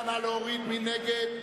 מי נגד?